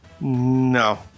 No